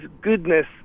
goodness